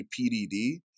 PDD